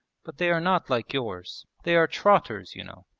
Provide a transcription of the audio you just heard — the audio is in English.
but they are not like yours. they are trotters, you know.